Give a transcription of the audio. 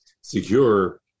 secure